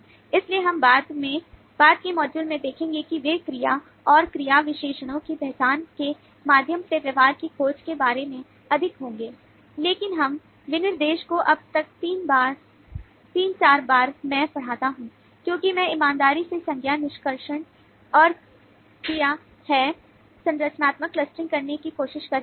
इसलिए हम बाद के मॉड्यूल में देखेंगे कि वे क्रिया और क्रिया विशेषणों की पहचान के माध्यम से व्यवहार की खोज के बारे में अधिक होंगे लेकिन इस विनिर्देश को अब तक तीन चार बार मैं पढ़ता हूं क्योंकि मैं ईमानदारी से संज्ञा निष्कर्षण और किया है संरचनात्मक क्लस्टरिंग करने की कोशिश कर रहा है